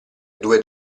due